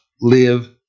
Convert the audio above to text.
live